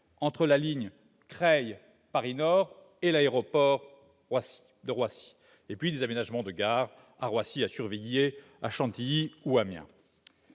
entre la ligne Creil-Paris-Nord et l'aéroport de Roissy, ainsi qu'en l'aménagement de gares à Roissy, à Survilliers, à Chantilly et à Amiens.